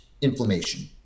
inflammation